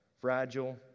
fragile